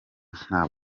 nta